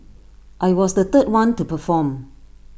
I was the third one to perform